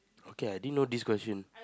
okay I didn't know this question